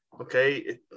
okay